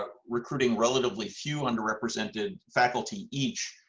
ah recruiting relatively few underrepresented faculty each,